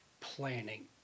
planning